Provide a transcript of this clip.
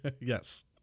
Yes